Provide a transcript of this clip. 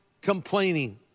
complaining